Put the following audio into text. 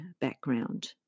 background